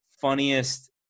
funniest